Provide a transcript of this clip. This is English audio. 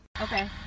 Okay